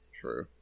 True